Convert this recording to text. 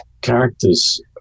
characters